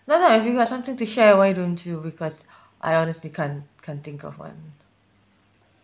no no if you got something to share why don't you because I honestly can't can't think of one